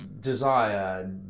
desire